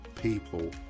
people